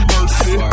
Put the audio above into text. Mercy